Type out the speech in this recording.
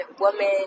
woman